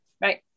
right